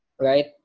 Right